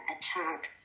attack